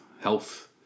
health